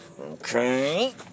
Okay